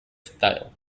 style